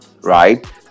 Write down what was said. right